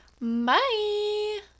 Bye